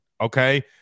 Okay